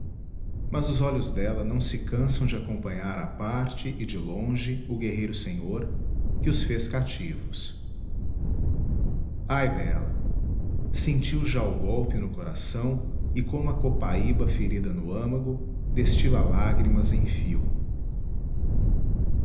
mas os olhos dela não se cansam de acompanhar à parte e de longe o guerreiro senhor que os fez cativos ai dela sentiu já o golpe no coração e como a copaíba ferida no âmago destila lágrimas em fio